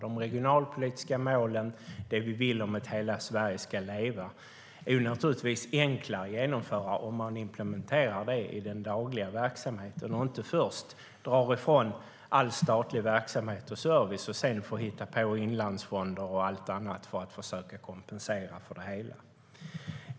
De regionalpolitiska målen och det vi vill när det gäller att hela Sverige ska leva är naturligtvis enklare att genomföra om man implementerar det i den dagliga verksamheten och inte först drar ifrån all statlig verksamhet och service och sedan får hitta på inlandsfonder och annat för att försöka kompensera för det hela.